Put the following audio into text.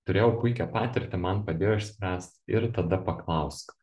turėjau puikią patirtį man padėjo išspręst ir tada paklausk